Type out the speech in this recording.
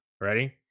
Ready